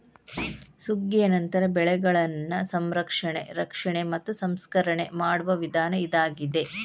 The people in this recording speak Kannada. ಸುಗ್ಗಿಯ ನಂತರ ಬೆಳೆಗಳನ್ನಾ ಸಂರಕ್ಷಣೆ, ರಕ್ಷಣೆ ಮತ್ತ ಸಂಸ್ಕರಣೆ ಮಾಡುವ ವಿಧಾನ ಇದಾಗಿದೆ